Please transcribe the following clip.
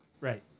Right